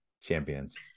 champions